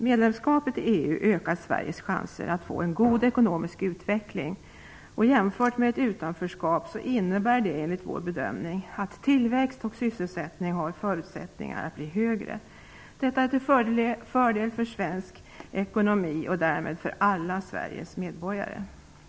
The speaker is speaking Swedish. Medlemskapet i EU ökar Sveriges chanser att få en god ekonomisk utveckling, och jämfört med ett utanförskap innebär det, enligt vår bedömning, att tillväxt och sysselsättningsgrad har förutsättningar att bli högre. Detta är till fördel för svensk ekonomi och därmed för alla Sveriges medborgare.